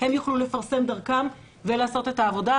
הם יוכלו לפרסם דרכם ולעשות את העבודה.